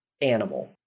animal